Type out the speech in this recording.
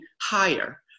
higher